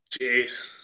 Jeez